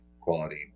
quality